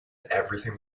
everything